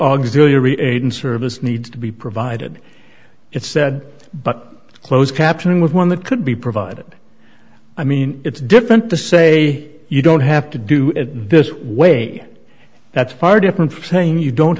auxiliary agent service needs to be provided it said but closed captioning with one that could be provided i mean it's different to say you don't have to do it this way that's far different from saying you don't